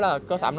ya